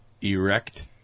Erect